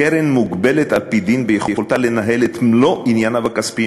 הקרן מוגבלת על-פי דין ביכולתה לנהל את מלוא ענייניו הכספיים